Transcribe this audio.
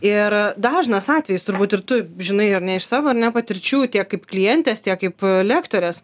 ir dažnas atvejis turbūt ir tu žinai ar ne iš savo ar ne patirčių tiek kaip klientės tiek kaip lektorės